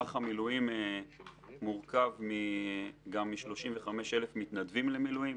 מערך המילואים מורכב מ-35,000 מתנדבים למילואים,